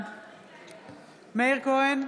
בעד מאיר כהן,